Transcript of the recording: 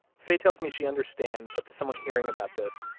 faye tells me she understands that to someone hearing about this,